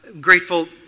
grateful